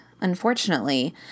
Unfortunately